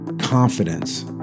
confidence